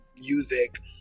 music